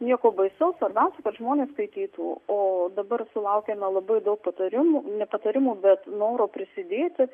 nieko baisaus svarbiausia kad žmonės skaitytų o dabar sulaukėme labai daug patarimų ne patarimų bet noro prisidėti